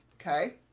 Okay